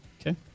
Okay